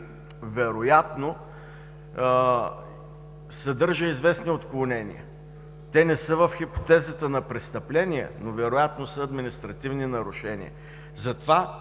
вероятно съдържа известни отклонения. Те не са в хипотезата на престъпления, но вероятно са административни нарушения. Затова